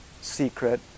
secret